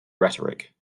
rhetoric